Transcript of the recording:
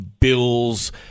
Bills